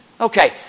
Okay